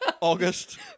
August